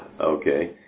Okay